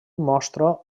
mostra